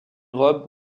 robe